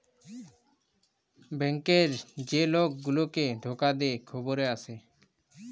bank যে lock গুলাকে ধকা দে খবরে আসে